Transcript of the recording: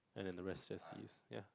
and the rest just is ya